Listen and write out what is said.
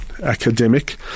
academic